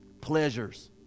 Pleasures